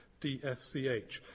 DSCH